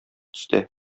төстә